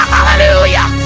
Hallelujah